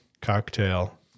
cocktail